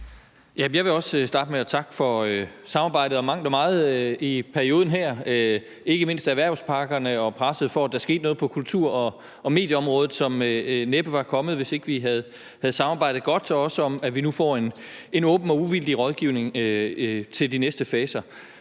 Jeg vil også starte med at takke for samarbejdet om mangt og meget i perioden her – ikke mindst om erhvervspakkerne og presset for, at der skete noget på kultur- og medieområdet, som næppe var kommet, hvis ikke vi havde samarbejdet godt, og også om, at vi nu får en åben og uvildig rådgivning til de næste faser.